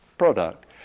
Product